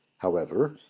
however,